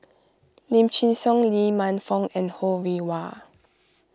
Lim Chin Siong Lee Man Fong and Ho Rih Hwa